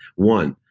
one,